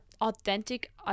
authentic